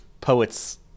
poets